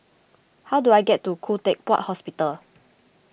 how do I get to Khoo Teck Puat Hospital